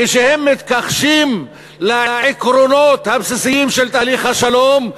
כשהם מתכחשים לעקרונות הבסיסיים של תהליך השלום,